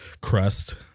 Crust